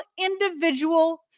individual